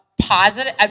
positive